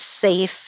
safe